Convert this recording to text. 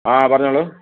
ആ പറഞ്ഞോളൂ